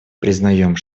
признаем